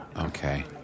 okay